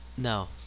No